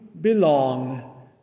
belong